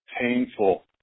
painful